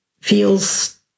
feels